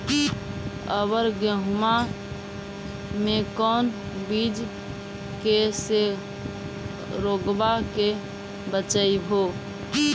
अबर गेहुमा मे कौन चीज के से रोग्बा के बचयभो?